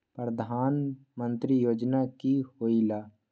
प्रधान मंत्री योजना कि होईला?